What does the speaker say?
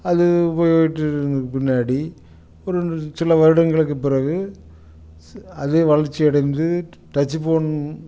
அது உபயோகிட்டுருந்த பின்னாடி ஒரு சில வருடங்களுக்கு பிறகு அதே வளர்ச்சி அடைந்து டச்சு ஃபோன்